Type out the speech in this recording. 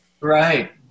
Right